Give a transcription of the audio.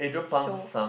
show